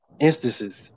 instances